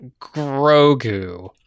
Grogu